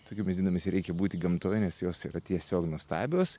tokiomis dienomis reikia būti gamtoje nes jos yra tiesiog nuostabios